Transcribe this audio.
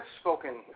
spoken